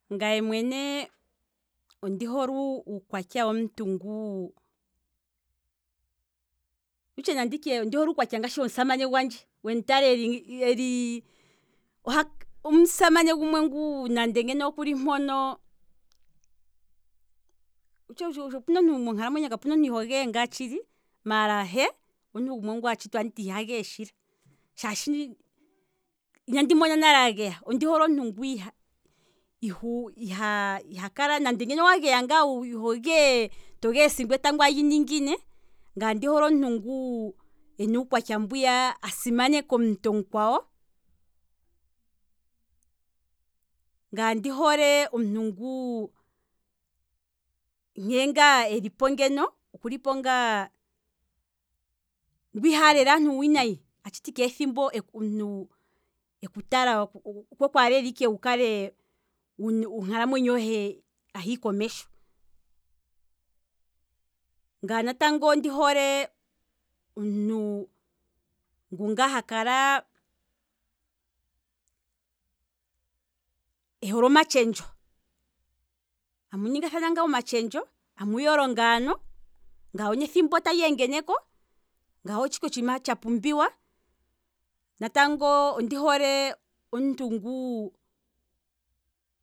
Ngaye mwene ondihole uukwatya womuntu nguu, nanditye kutya ondi hole uukwatya ngeshi womusamane gwandje, wemu tala eli ngi, elii, omusamane gumwe nguu nande ngeno okuli mpono, owutshi ngaa kutya monkalamwenyo kapuna omuntu iho geye tshili maala he omuntu tshitwa anditi iha geye tshili, shaashi inandi mona nale ageya, ondi hole omuntu nguu iha- iha. nande ngeno owa geya ito geye, to geye sigo etango ali ningine, ngaye ondi hole omuntu ngu ena ukwatya mbwiya asimaneka omuntu omukwawo, ngaye ondi hole omuntu nguu nkee ngaa elipo ngeno, okuli po ngaa, ngu iha halele aantu uuwinayi, atshiti omuntu ngwiya eku tala, okweku alela ike wu kale onkalamwenyo hohe ahii komesho, ngaye tango ondi hole omuntu ngu, ngaa hakala ehole omatshendjo, amu ningathana ngaa omatshendjo, amu yolo ngaano, ngawo nethimbo otali engeneko, ngawo otsho ike otshiima tsha pumbiwa, natango ondi hole omuntu nguu